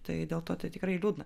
tai dėl to tai tikrai liūdna